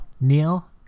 Neil